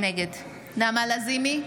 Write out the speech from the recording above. נגד נעמה לזימי,